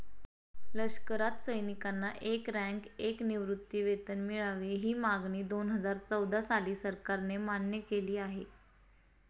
लष्करात सैनिकांना एक रँक, एक निवृत्तीवेतन मिळावे, ही मागणी दोनहजार चौदा साली सरकारने मान्य केली आहे